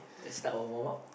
let's start our warm up